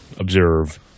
Observe